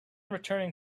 returning